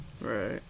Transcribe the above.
Right